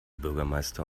bürgermeister